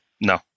No